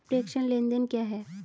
प्रेषण लेनदेन क्या है?